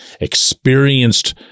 experienced